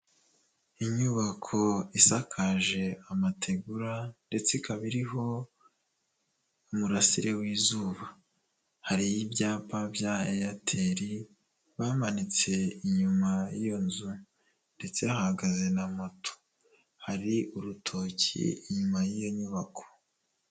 Inyubako isakaje amategura ndetse ikaba iriho umurasire w'izuba, hariho ibyapa bya Eyateri bamanitse inyuma y'iyo nzu ndetse hahagaze na moto, hari urutoki inyuma y'iyo nyubako.